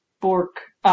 Bork